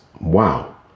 Wow